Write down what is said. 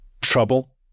trouble